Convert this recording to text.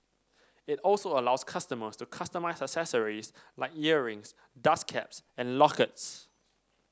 it also allows customers to customise accessories like earrings dust caps and lockets